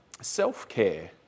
Self-care